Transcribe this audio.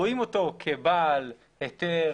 רואים אותו כבעל היתר,